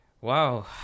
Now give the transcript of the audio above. Wow